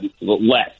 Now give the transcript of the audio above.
less